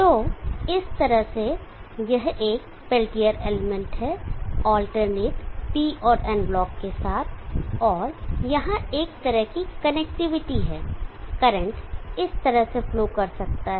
तो इस तरह से यह एक पेल्टियर एलिमेंट है अल्टरनेट P और N ब्लॉक के साथ और यहां एक तरह की कनेक्टिविटी है करंट इस तरह से फ्लो कर सकता है